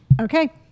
Okay